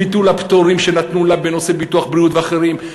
ביטול הפטורים שנתנו לה בנושא ביטוח בריאות ואחרים.